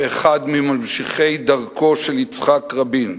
כאחד מממשיכי דרכו של יצחק רבין